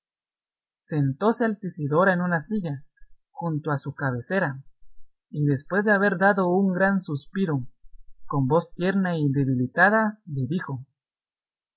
ninguna sentóse altisidora en una silla junto a su cabecera y después de haber dado un gran suspiro con voz tierna y debilitada le dijo